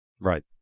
Right